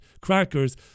Crackers